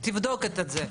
אני אבדוק את זה.